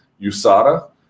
USADA